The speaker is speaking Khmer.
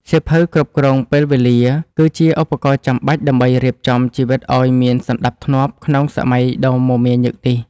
សៀវភៅគ្រប់គ្រងពេលវេលា គឺជាឧបករណ៍ចាំបាច់ដើម្បីរៀបចំជីវិតឱ្យមានសណ្ដាប់ធ្នាប់ក្នុងសម័យដ៏មមាញឹកនេះ។